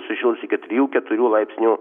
sušils iki trijų keturių laipsnių